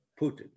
Putin